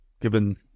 given